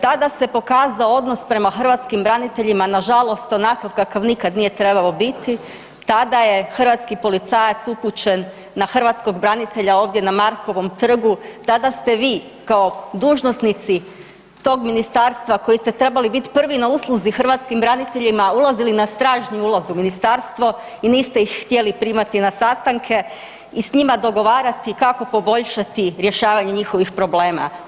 Tada se pokazao odnos prema hrvatskim braniteljima, nažalost onakav kakav nikad nije trebao biti, tada je hrvatski policajac upućen na hrvatskog branitelja ovdje na Markovom trgu, tada ste vi kao dužnosnici tog ministarstva koji ste trebali biti prvi na usluzi hrvatskim braniteljima ulazili na stražnji ulaz u ministarstvo i niste ih htjeli primati na sastanke i s njima dogovarati kako poboljšati rješavanje njihovih problema.